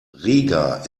riga